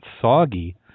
soggy